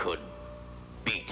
could be